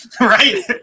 Right